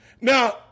Now